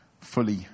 fully